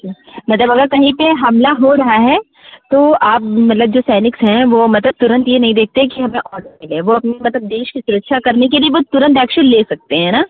जी मतलब अगर कहीं पर हमला हो रहा है तो आप मतलब जो सैनिक हैं वह मतलब तुरन्त यह नहीं देखते कि हमें ऑडर मिले हैं वह अपने मतलब देश की सुरक्षा करने के लिए बस तुरन्त ऐक्शन ले सकते हैं ना